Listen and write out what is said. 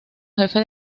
jefe